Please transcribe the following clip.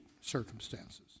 circumstances